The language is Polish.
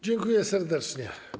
Dziękuję serdecznie.